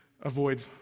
avoid